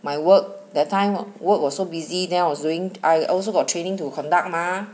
my work that time work was so busy then I was doing I also got training to conduct mah